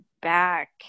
back